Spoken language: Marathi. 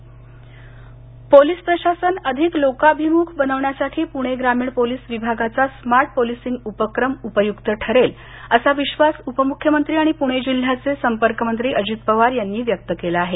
स्मार्ट पोलीसिंग पोलीस प्रशासन अधिक लोकाभिमुख बनवण्यासाठी पूणे ग्रामीण पोलीस विभागाचा स्मार्ट पोलीसींग उपक्रम उपयुक्त ठरेल असा विश्वास उपमुख्यमंत्री आणि पुणे जिल्ह्याचे संपर्कमंत्री अजित पवार यांनी व्यक्त केला आहे